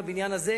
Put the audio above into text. בבניין הזה,